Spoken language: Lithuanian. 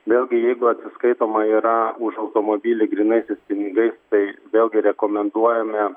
vėlgi jeigu atsiskaitoma yra už automobilį grynasiais pinigais tai vėlgi rekomenduojame